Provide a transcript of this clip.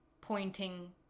pointing